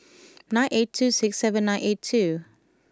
nine eight two six seven nine eight two